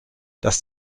dass